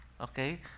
okay